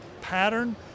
pattern